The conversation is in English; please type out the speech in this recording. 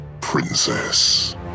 Princess